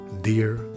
Dear